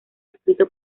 escrito